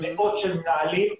מאות של מנהלים,